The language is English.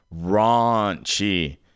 Raunchy